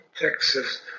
Texas